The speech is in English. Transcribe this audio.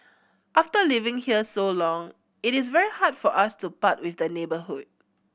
after living here so long it is very hard for us to part with the neighbourhood